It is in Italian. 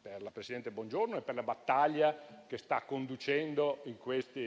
per la presidente Bongiorno, per la battaglia che sta conducendo